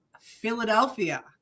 Philadelphia